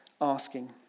asking